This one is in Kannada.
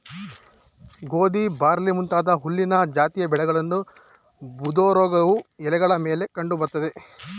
ಗೋಧಿ ಬಾರ್ಲಿ ಮುಂತಾದ ಹುಲ್ಲಿನ ಜಾತಿಯ ಬೆಳೆಗಳನ್ನು ಬೂದುರೋಗವು ಎಲೆಗಳ ಮೇಲೆ ಕಂಡು ಬರ್ತದೆ